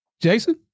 Jason